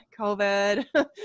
COVID